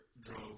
drove